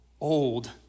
old